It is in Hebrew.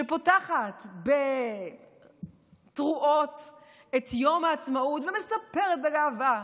שפותחת בתרועות את יום העצמאות ומספרת בגאווה